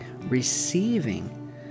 receiving